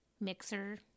mixer